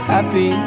Happy